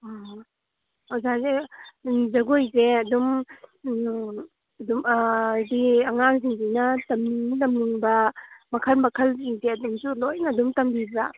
ꯑꯣꯖꯥꯁꯦ ꯖꯒꯣꯏꯁꯦ ꯑꯗꯨꯝ ꯑꯗꯨꯝ ꯍꯥꯏꯗꯤ ꯑꯉꯥꯡꯁꯤꯡꯁꯤꯅ ꯇꯝꯅꯤꯡ ꯇꯝꯅꯤꯡꯕ ꯃꯈꯜ ꯃꯈꯜꯁꯤꯡꯁꯦ ꯂꯣꯏꯅ ꯑꯗꯨꯝ ꯇꯝꯕꯤꯕ꯭ꯔ